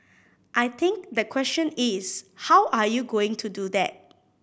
I think the question is how are you going to do that